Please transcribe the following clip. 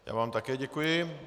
Já vám také děkuji.